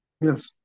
Yes